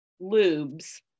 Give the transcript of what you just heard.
Lubes